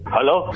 Hello